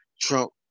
Trump